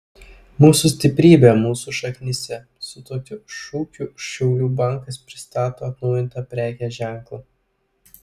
mūsų stiprybė mūsų šaknyse su tokiu šūkiu šiaulių bankas pristato atnaujintą prekės ženklą